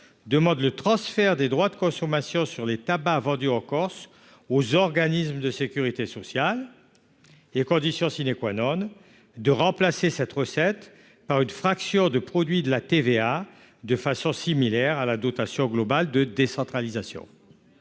censés ignorer, les droits de consommation sur les tabacs vendus en Corse aux organismes de sécurité sociale, et, condition, à remplacer cette recette par une fraction de produit de la TVA, de façon similaire à la dotation globale de décentralisation.